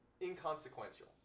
inconsequential